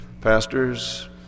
pastors